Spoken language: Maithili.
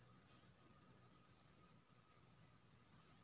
हरिहर ईलाइची के पाउडर बनाएल जाइ छै